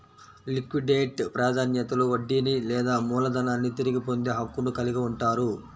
liquidate ప్రాధాన్యతలో వడ్డీని లేదా మూలధనాన్ని తిరిగి పొందే హక్కును కలిగి ఉంటారు